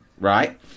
right